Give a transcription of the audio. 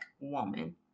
woman